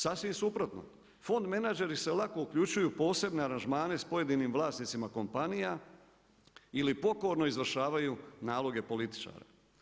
Sasvim suprotno, fond menadžeri se lako uključuju posebne aranžmane s pojedinim vlasnicima kompanija ili pokorne izvršavaju naloge političara.